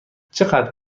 چقدر